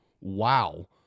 Wow